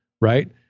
Right